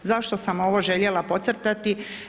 Zašto sam ovo željela podcrtati?